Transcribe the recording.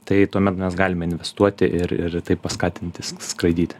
tai tuomet mes galime investuoti ir ir taip paskatinti s skraidyti